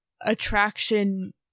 attraction